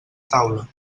taula